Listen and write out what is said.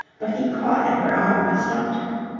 but he caught at her arm and stopped her.